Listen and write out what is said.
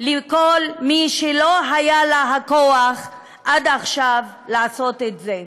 לכל מי שלא היה לה הכוח עד עכשיו לעשות את זה.